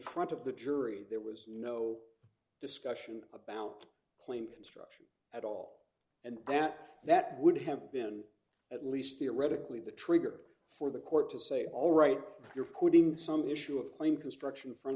front of the jury there was no discussion about claim construction at all and that that would have been at least theoretically the trigger for the court to say all right you're putting some issue of claim construction f